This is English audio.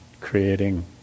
creating